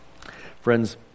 Friends